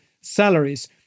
salaries